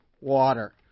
water